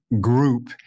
group